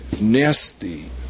nasty